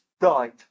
died